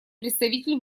представитель